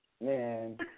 Man